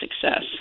success